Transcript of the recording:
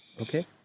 Okay